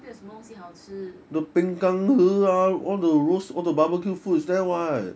那边有什么东西好吃